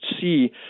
see